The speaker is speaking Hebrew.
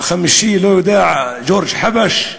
החמישי, לא יודע, ג'ורג' חבש.